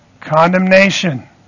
Condemnation